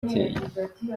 ateye